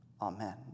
Amen